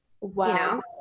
Wow